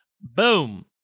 boom